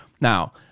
Now